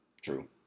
True